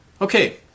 Okay